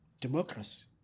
democracy